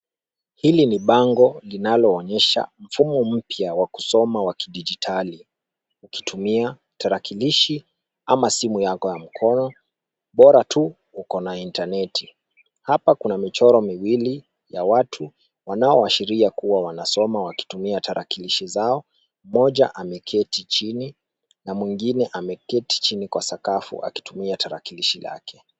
Hili ni bango linaloonyesha mfumo mpya wa kusoma wa kidijitali ukitumia tarakilishi ama simu yako ya mkono bora tu ukona intaneti. Hapa kuna michoro miwili ya watu wanaoashiria wanasoma wakitumia tarakilishi chini mmoja ameketi chini na mwingine ameketi chini kwa sakafu akitumia tarakilishi lake.